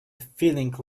feeling